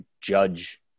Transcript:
judge